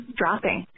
dropping